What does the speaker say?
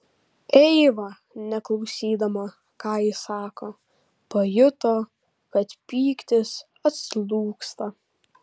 eiva neklausydama ką jis sako pajuto kad pyktis atslūgsta